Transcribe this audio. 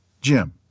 Jim